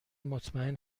مطمئن